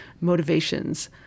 motivations